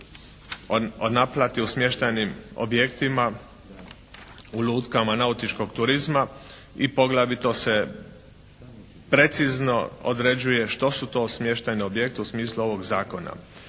o naplati u smještajnim objektima u lukama nautičkog turizma i poglavito se precizno određuje što su to smještajni objekt u smislu ovog Zakona.